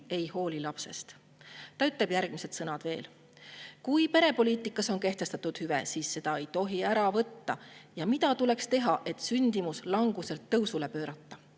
ei hooli lapsest." Ta ütleb veel järgmised sõnad: "Kui perepoliitikas on kehtestatud hüve, siis ei tohi seda ära võtta." "Mida tuleks teha, et sündimus languselt tõusule pöörata?